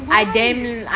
why